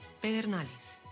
Pedernales